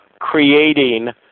creating